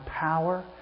power